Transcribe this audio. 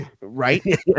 right